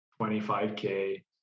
25K